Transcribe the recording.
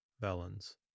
Valens